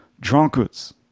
drunkards